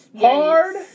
hard